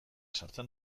sartzen